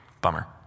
bummer